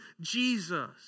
Jesus